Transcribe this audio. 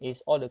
mmhmm